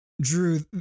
Drew